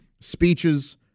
Speeches